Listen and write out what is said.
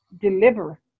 deliver